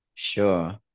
Sure